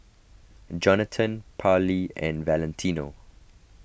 Johnathon Parlee and Valentino